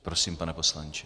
Prosím, pane poslanče.